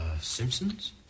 Simpsons